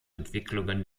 entwicklungen